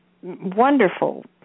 wonderful